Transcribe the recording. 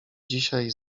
dzisiaj